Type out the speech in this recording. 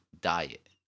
diet